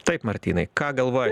taip martynai ką galvojat